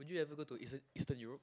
would you ever go to Eastern Eastern Europe